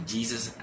Jesus